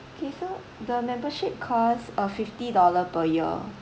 K so the membership cost uh fifty dollar per year